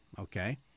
okay